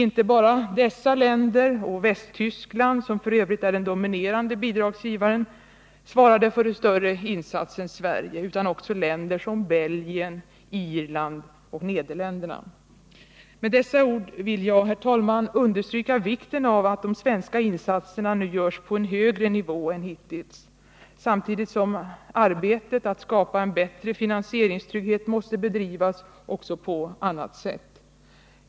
Inte bara dessa länder och Västtyskland — som f. ö. är den dominerande bidragsgivaren — svarade för en större insats än Sverige utan också länder som Belgien, Irland och Nederländerna. Med dessa ord vill jag, herr talman, understryka vikten av att de svenska insatserna nu görs på en högre nivå än hittills, samtidigt som arbetet på att skapa en bättre finansieringstrygghet måste bedrivas också på annat sätt.